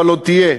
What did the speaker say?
אבל עוד תהיה.